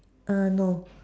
err no